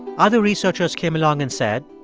other researchers came along and said,